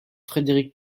frederick